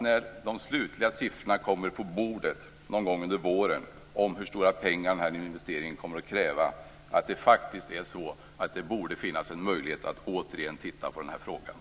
När de slutliga siffrorna på hur stora pengar den här investeringen kräver kommer på bordet någon gång under våren hoppas jag att det finns en möjlighet att återigen titta på den här frågan.